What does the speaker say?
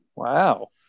Wow